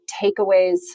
takeaways